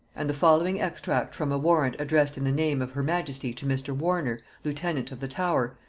and the following extract from a warrant addressed in the name of her majesty to mr. warner, lieutenant of the tower,